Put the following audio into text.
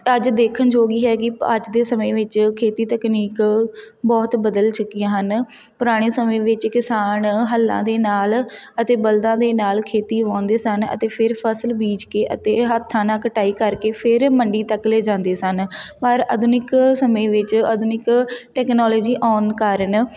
ਅੱਜ ਦੇਖਣ ਯੋਗ ਹੀ ਹੈਗੀ ਅੱਜ ਦੇ ਸਮੇਂ ਵਿੱਚ ਖੇਤੀ ਤਕਨੀਕ ਬਹੁਤ ਬਦਲ ਚੁੱਕੀਆਂ ਹਨ ਪੁਰਾਣੇ ਸਮੇਂ ਵਿੱਚ ਕਿਸਾਨ ਹੱਲਾਂ ਦੇ ਨਾਲ ਅਤੇ ਬਲਦਾਂ ਦੇ ਨਾਲ ਖੇਤੀ ਵਾਹੁੰਦੇ ਸਨ ਅਤੇ ਫਿਰ ਫਸਲ ਬੀਜ ਕੇ ਅਤੇ ਹੱਥਾਂ ਨਾਲ ਕਟਾਈ ਕਰਕੇ ਫਿਰ ਮੰਡੀ ਤੱਕ ਲਿਜਾਂਦੇ ਸਨ ਪਰ ਆਧੁਨਿਕ ਸਮੇਂ ਵਿੱਚ ਆਧੁਨਿਕ ਟੈਕਨੋਲੋਜੀ ਆਉਣ ਕਾਰਨ